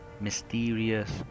Mysterious